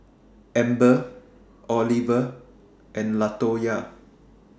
Amber Oliver and Latoya